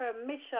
permission